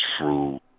true